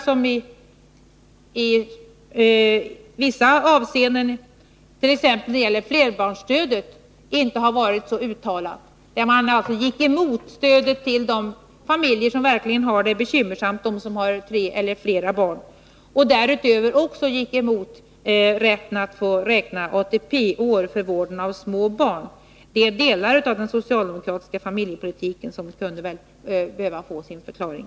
Deras stöd har i vissa avseenden, t.ex. när det gäller flerbarnsfamiljerna, inte varit så uttalat. De gick emot stödet till de familjer som verkligen har det bekymmersamt — de som har tre eller flera barn. De gick också emot rätten att få räkna ATP-poäng för vården av små barn. De delarna av den socialdemokratiska familjepolitiken kunde behöva få en förklaring.